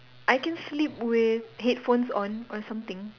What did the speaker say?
I can sleep with headphones on or something